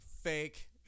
fake